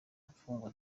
imfungwa